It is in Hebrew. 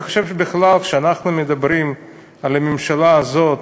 אני חושב בכלל, כשאנחנו מדברים על הממשלה הזאת,